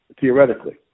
theoretically